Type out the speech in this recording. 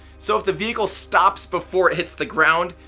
so if the vehicle stops before it hits the ground,